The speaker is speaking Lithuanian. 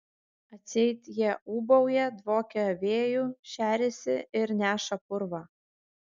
atseit jie ūbauja dvokia vėju šeriasi ir neša purvą